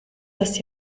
das